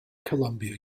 columbia